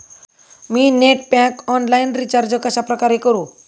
मी net pack online recharge कशाप्रकारे करु?